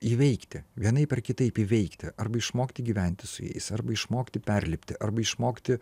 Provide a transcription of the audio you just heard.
įveikti vienaip ar kitaip įveikti arba išmokti gyventi su jais arba išmokti perlipti arba išmokti